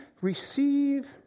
Receive